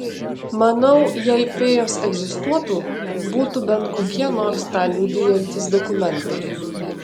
manau jei fėjos egzistuotų būtų bent kokie nors tą liudijantys dokumentai